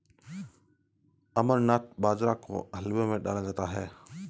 अमरनाथ बाजरा को हलवे में डाला जाता है